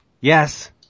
Yes